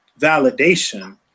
validation